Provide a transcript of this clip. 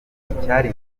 icyari